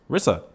Rissa